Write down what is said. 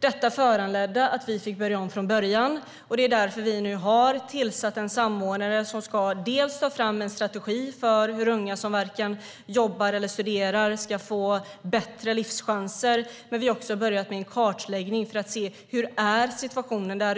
Detta föranledde att vi fick börja om från början, och det är därför vi nu har tillsatt en samordnare som ska ta fram en strategi för hur unga som varken jobbar eller studerar ska få bättre livschanser. Vi har också börjat med en kartläggning för att se hur situationen egentligen är